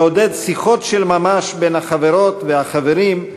לעודד שיחות של ממש בין החברות והחברים,